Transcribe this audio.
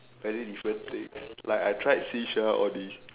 many different things like I tried shisha all these